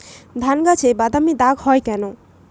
ধানগাছে বাদামী দাগ হয় কেন?